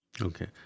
Okay